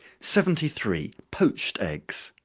seventy three. poached eggs.